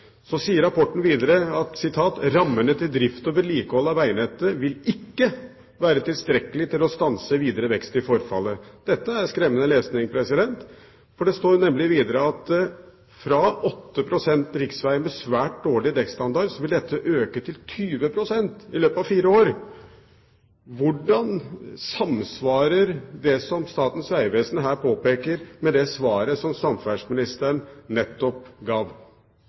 Så sier rapporten videre: «Rammene til drift og vedlikehold av vegnettet vil ikke være tilstrekkelig til å stanse videre vekst i forfallet.» Dette er skremmende lesning, for det står nemlig videre at fra 8 pst. riksveger med «svært dårlig dekketilstand» vil dette øke til 20 pst. i løpet av fire år. Hvordan samsvarer det som Statens vegvesen her påpeker, med det svaret som samferdselsministeren nettopp